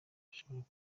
hashobora